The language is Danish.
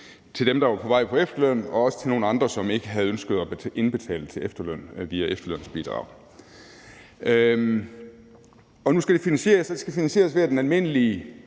til dem, der var på vej på efterløn, og også til nogle andre, som ikke havde ønsket at indbetale til efterlønnen via efterlønsbidrag. Nu skal det finansieres, og det skal finansieres ved, at den almindelige